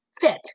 Fit